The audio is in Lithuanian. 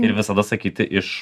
ir visada sakyti iš